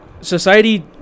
society